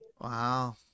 wow